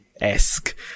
esque